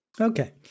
Okay